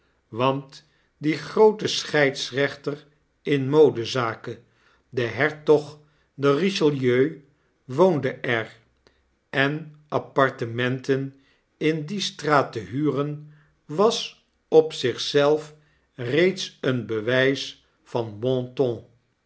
want die groote scheidsrechter in modezaken de hertog de bichelieu woonde er en apartementen in die straat te huren was op zich zelf reeds een bewijs van b